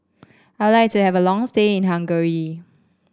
I would like to have a long stay in Hungary